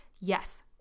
Yes